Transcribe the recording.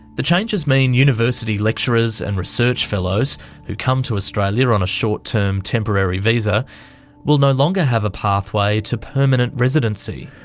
the changes mean university lecturers and research fellows who come to australia on a short-term temporary visa will no longer have a pathway to permanent residency.